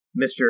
Mr